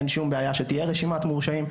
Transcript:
אין שום בעיה שתהיה רשימת מורשעים,